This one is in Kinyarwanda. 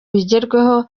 bigerweho